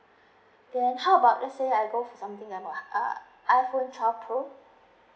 then how about let say I go for something that uh iphone twelve pro